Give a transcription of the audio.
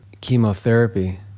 chemotherapy